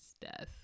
death